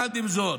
עם זאת,